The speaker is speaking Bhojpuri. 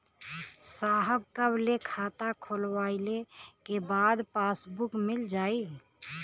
साहब कब ले खाता खोलवाइले के बाद पासबुक मिल जाई?